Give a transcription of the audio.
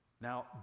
now